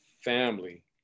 family